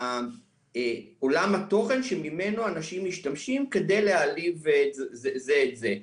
עולם התוכן שממנו אנשים משתמשים כדי להעליב זה את זה.